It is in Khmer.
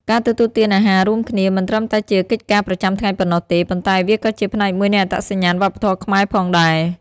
ការទទួលទានអាហាររួមគ្នា មិនត្រឹមតែជាកិច្ចការប្រចាំថ្ងៃប៉ុណ្ណោះទេ ប៉ុន្តែវាក៏ជា ផ្នែកមួយនៃអត្តសញ្ញាណវប្បធម៌ខ្មែរ ផងដែរ។